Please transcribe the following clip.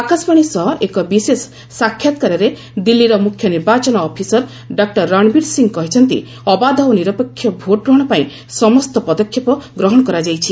ଆକାଶବାଣୀ ସହ ଏକ ବିଶେଷ ସାକ୍ଷାତକାରରେ ଦିଲ୍ଲୀର ମୁଖ୍ୟ ନିର୍ବାଚନ ଅଫିସର ଡକ୍ରର ରଣବୀର ସିଂ କହିଛନ୍ତି ଅବାଧ ଓ ନିରପେକ୍ଷ ଭୋଟ୍ ଗ୍ରହଣ ପାଇଁ ସମସ୍ତ ପଦକ୍ଷେପ ଗ୍ରହଣ କରାଯାଇଛି